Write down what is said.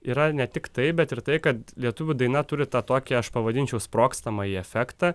yra ne tiktai bet ir tai kad lietuvių daina turi tą tokį aš pavadinčiau sprogstamąjį efektą